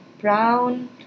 brown